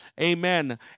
Amen